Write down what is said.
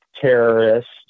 terrorists